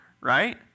right